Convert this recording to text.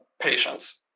patients